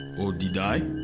or did i?